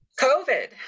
COVID